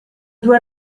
due